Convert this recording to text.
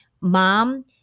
Mom